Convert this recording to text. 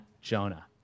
Jonah